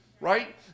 right